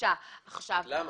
תסבירי למה.